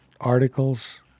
articles